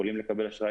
יכולים לקבל אשראי,